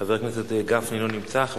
חבר הכנסת משה גפני, לא נמצא.